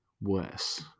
worse